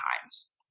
times